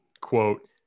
quote